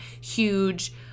huge